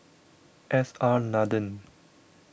S R Nathan